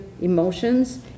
emotions